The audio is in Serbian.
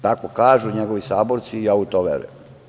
Tako kažu njegovi saborci i ja u to verujem.